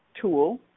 tool